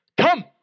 Come